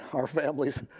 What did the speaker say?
our families,